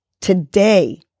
today